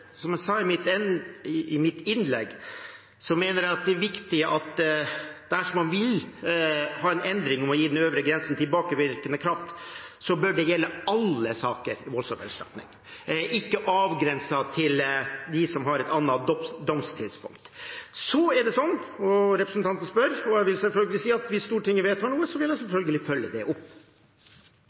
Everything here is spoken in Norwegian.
Som jeg sa i mitt innlegg, mener jeg at det er viktig at dersom man vil ha en endring om å gi den øvre grensen tilbakevirkende kraft, bør det gjelde alle saker om voldsoffererstatning – ikke avgrenset til dem som har et annet domstidspunkt. Så er det slik – representanten spør, og jeg vil selvfølgelig si det – at hvis Stortinget vedtar noe, vil jeg selvfølgelig følge det opp.